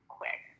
quick